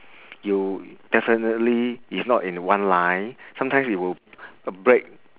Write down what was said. you definitely is not in one line sometimes it would break